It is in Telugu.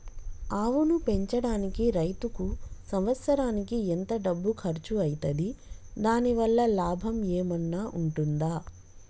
ఆవును పెంచడానికి రైతుకు సంవత్సరానికి ఎంత డబ్బు ఖర్చు అయితది? దాని వల్ల లాభం ఏమన్నా ఉంటుందా?